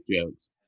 jokes